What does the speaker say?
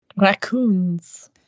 Raccoons